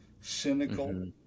cynical